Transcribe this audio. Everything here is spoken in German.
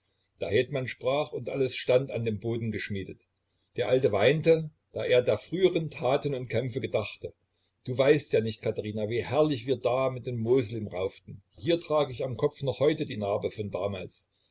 der hetman sprach und alles stand an den boden geschmiedet der alte weinte da er der früheren taten und kämpfe gedachte du weißt ja nicht katherina wie herrlich wir da mit den moslim rauften hier trag ich am kopf noch heute die narbe von damals